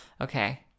Okay